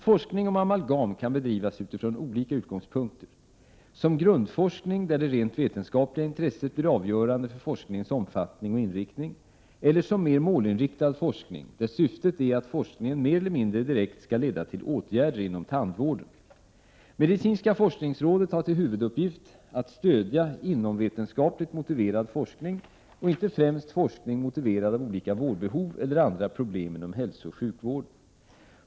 Forskning om amalgam kan bedrivas utifrån olika utgångspunkter: som grundforskning, där det rent vetenskapliga intresset blir avgörande för forskningens omfattning och inriktning, eller som mer målinriktad forskning, där syftet är att forskningen mer eller mindre direkt skall leda till åtgärder inom tandvården. Medicinska forskningsrådet har till huvuduppgift att stödja inomvetenskapligt motiverad forskning och inte främst forskning motiverad av olika vårdbehov eller andra problem inom hälsooch sjukvården.